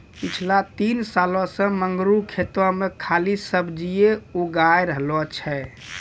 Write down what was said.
पिछला तीन सालों सॅ मंगरू खेतो मॅ खाली सब्जीए उगाय रहलो छै